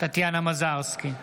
טטיאנה מזרסקי,